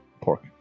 pork